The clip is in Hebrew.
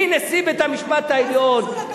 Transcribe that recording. מנשיא בית-המשפט העליון,